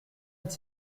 est